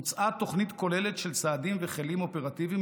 הוצעה תוכנית כוללת של צעדים וכלים אופרטיביים